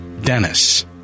Dennis